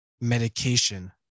medication